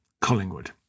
Collingwood